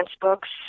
books